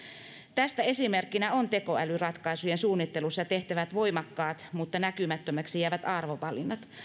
tästä esimerkkinä on tekoälyratkaisujen suunnittelussa tehtävät voimakkaat mutta näkymättömäksi jäävät arvovalinnat